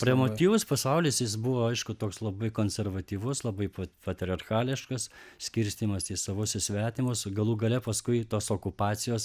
premotyvus pasaulis jis buvo aišku toks labai konservatyvus labai pat patriarchališkas skirstymas į savus ir svetimus galų gale paskui tos okupacijos